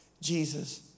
Jesus